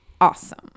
awesome